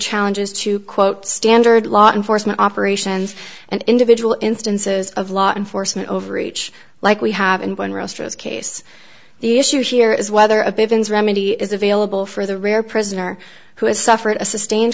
challenges to quote standard law enforcement operations and individual instances of law enforcement overreach like we have in one roasters case the issue here is whether a begins remedy is available for the rare prisoner who has suffered a sustained